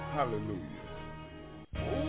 Hallelujah